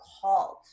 called